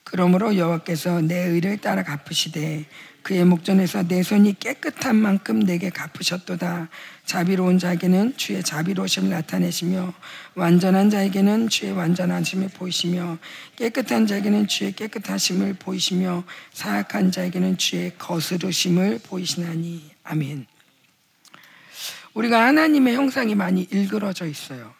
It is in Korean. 그러므로 여호와께서 내 의를 따라 갚으시되 그의 목전에서 내 손이 깨끗한 만큼 내게 갚으셨도다. 자비로운 자에게는 주의 자비로우심을 나타내시며, 완전한 자에게는 주의 완전하심을 보이시며, 깨끗한 자에게는 주의 깨끗하심을 보이시며, 사악한 자에게는 주의 거스르심을 보이시나니. 아멘. 우리가 하나님의 형상이 많이 일그러져 있어요.